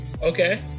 okay